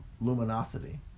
luminosity